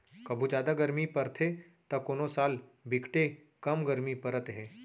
कभू जादा गरमी परथे त कोनो साल बिकटे कम गरमी परत हे